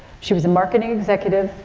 she was a marketing executive,